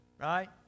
right